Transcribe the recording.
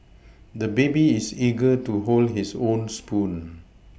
the baby is eager to hold his own spoon